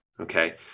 okay